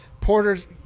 Porter's